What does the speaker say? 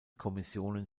kommissionen